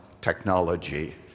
technology